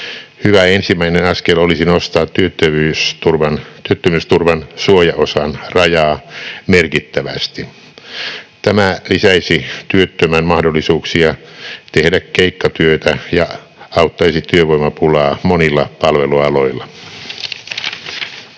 Hyvä ensimmäinen askel olisi nostaa työttömyysturvan suojaosan rajaa merkittävästi. Tämä lisäisi työttömän mahdollisuuksia tehdä keikkatyötä ja auttaisi vähentämään työvoimapulaa monilla palvelualoilla.